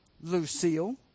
Lucille